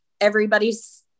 everybody's